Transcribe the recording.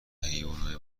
حیونای